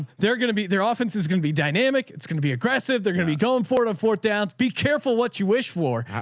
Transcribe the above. they're going to be, their offense is going to be dynamic. it's going to be aggressive. they're going to be going forward on fourth down. so be careful what you wish for.